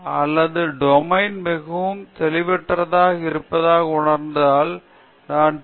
அல்லது டொமைன் மிகவும் தெளிவற்றதாக இருப்பதாக உணர்ந்தால் நான் பி